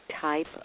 type